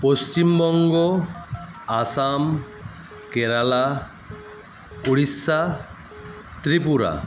Paschimbanga Assam Kerala Orissa Tripura